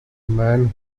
man